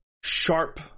sharp